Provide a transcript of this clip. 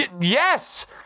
yes